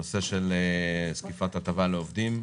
נושא זקיפת הטבה לעובדים,